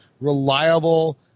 reliable